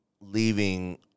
leaving